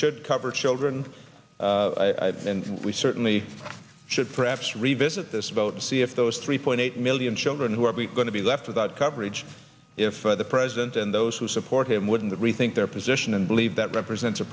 should cover children and we certainly should perhaps revisit this vote to see if those three point eight million children who are we going to be left without coverage if the president and those who support him wouldn't rethink their position and believe that represents a